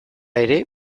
ere